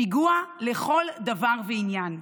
פיגוע לכל דבר ועניין.